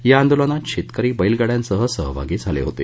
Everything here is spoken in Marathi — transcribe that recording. या आंदोलनात शेतकरी बैलगाड्यांसह सहभागी झाले होते